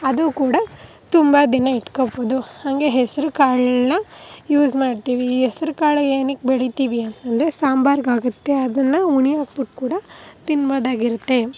ಅದೂ ಕೂಡ ತುಂಬ ದಿನ ಇಟ್ಕೊಳ್ಬೋದು ಹಾಗೆ ಹೆಸ್ರು ಕಾಳನ್ನ ಯೂಸ್ ಮಾಡ್ತೀವಿ ಹೆಸ್ರು ಕಾಳು ಏನಕ್ಕೆ ಬೆಳಿತೀವಿ ಅಂತ ಅಂದ್ರೆ ಸಾಂಬಾರ್ಗೆ ಆಗುತ್ತೆ ಅದನ್ನು ಉನಿ ಹಾಕ್ಬಿಟ್ಟು ಕೂಡ ತಿನ್ಬಹುದಾಗಿರುತ್ತೆ